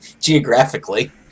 geographically